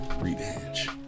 Revenge